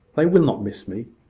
they will not miss me.